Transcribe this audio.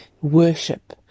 worship